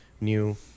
new